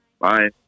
Bye